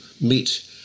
meet